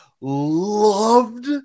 loved